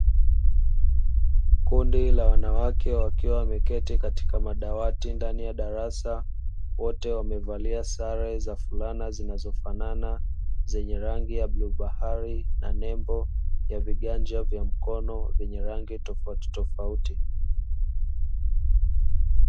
Kundi la wanawake wakiwa wameketi katika madawati ndani ya darasa, wote wamevalia sare za fulana zinazofanana zenye rangi ya bluu bahari na nembo ya viganja vya mkono vyenye rangi tofautitofauti.